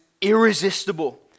irresistible